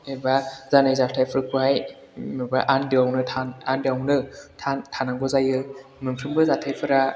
एबा जानाय जाथायफोरखौहाय माबा आनदोआवनो थानांगौ जायो मोनफ्रोमबो जाथायफोरा